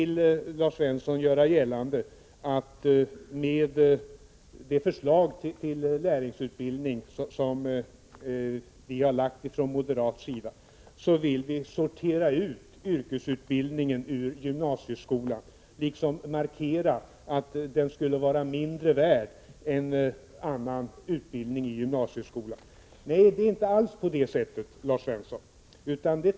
Lars Svensson vill göra gällande att vi moderater med det förslag till lärlingsutbildning som vi har framlagt vill sortera ut yrkesutbildningen ur gymnasieskolan för att liksom markera att den skulle vara mindre värd än annan utbildning i gymnasieskolan. Nej, det är inte alls på det sättet, Lars Svensson.